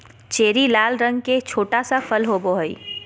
cherry लाल रंग के छोटा सा फल होबो हइ